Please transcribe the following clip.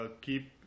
Keep